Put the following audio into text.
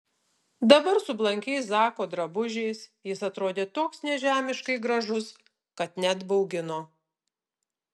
dabar su blankiais zako drabužiais jis atrodė toks nežemiškai gražus kad net baugino